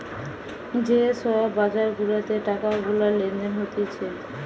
যে সব বাজার গুলাতে টাকা গুলা লেনদেন হতিছে